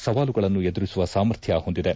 ಸವಾಲುಗಳನ್ನು ಎದುರಿಸುವ ಸಾಮರ್ಥ್ಯ ಹೊಂದಿದೆ